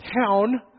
town